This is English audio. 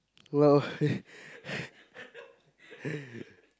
no